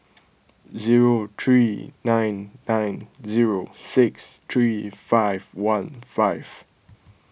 zero three nine nine zero six three five one five